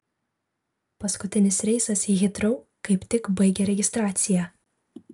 paskutinis reisas į hitrou kaip tik baigė registraciją